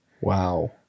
Wow